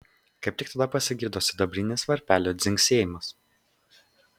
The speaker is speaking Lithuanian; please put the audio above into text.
kaip tik tada pasigirdo sidabrinis varpelių dzingsėjimas